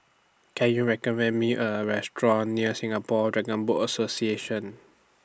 Can YOU recommend Me A Restaurant near Singapore Dragon Boat Association